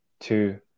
two